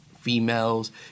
females